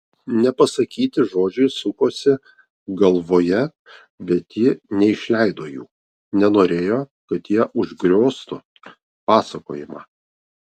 nepasakyti žodžiai sukosi galvoje bet ji neišleido jų nenorėjo kad jie užgrioztų pasakojimą